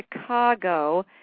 Chicago